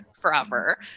forever